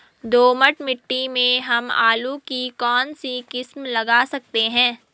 दोमट मिट्टी में हम आलू की कौन सी किस्म लगा सकते हैं?